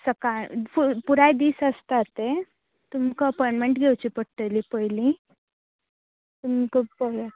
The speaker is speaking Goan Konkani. सकाळ पूर पुराय दीस आसता ते तुमका अपोंयंटमेंट घेवची पडटली पयलीं तुमका पळयात